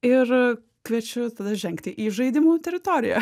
ir kviečiu tada žengti į žaidimų teritoriją